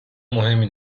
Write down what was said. مهمی